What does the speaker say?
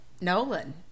Nolan